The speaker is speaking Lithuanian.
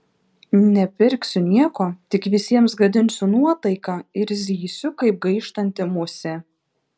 nepirksiu nieko tik visiems gadinsiu nuotaiką ir zysiu kaip gaištanti musė